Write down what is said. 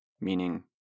Meaning